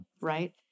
right